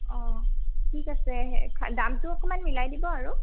অ' ঠিক আছে দামটো অকণমান মিলাই দিব আৰু